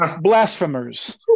Blasphemers